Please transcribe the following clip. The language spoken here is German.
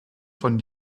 von